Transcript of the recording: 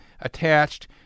attached